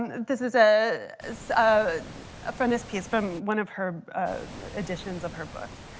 this is ah is a frontispiece from one of her editions of her books.